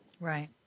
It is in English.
Right